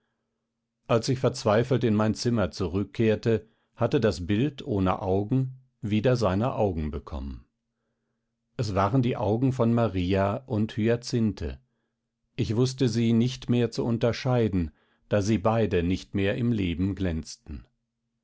als ich verzweifelt in mein zimmer zurückkehrte hatte das bild ohne augen wieder seine augen bekommen es waren die augen von maria und hyacinthe ich wußte sie nicht mehr zu unterscheiden da sie beide nicht mehr im leben glänzten